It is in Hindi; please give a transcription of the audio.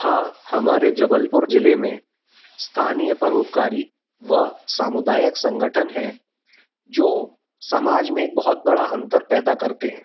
हाँ हमारे जबलपुर ज़िले में स्थानीय परोपकारी व सामुदायिक संगठन हैं जो समाज में बहुत बड़ा अंतर पैदा करते हैं